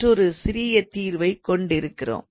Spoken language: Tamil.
மற்றொரு சிறிய தீர்வை கொண்டிருக்கிறோம்